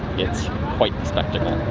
it's quite the spectacle.